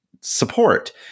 support